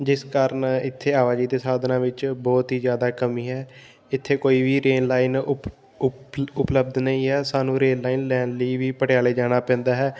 ਜਿਸ ਕਾਰਨ ਇੱਥੇ ਆਵਾਜਾਈ ਦੇ ਸਾਧਨਾਂ ਵਿੱਚ ਬਹੁਤ ਹੀ ਜ਼ਿਆਦਾ ਕਮੀ ਹੈ ਇੱਥੇ ਕੋਈ ਵੀ ਰੇਲ ਲਾਈਨ ਉਪ ਉਪ ਉਪਲਬਧ ਨਹੀਂ ਹੈ ਸਾਨੂੰ ਰੇਲ ਲਾਈਨ ਲੈਣ ਲਈ ਵੀ ਪਟਿਆਲੇ ਜਾਣਾ ਪੈਂਦਾ ਹੈ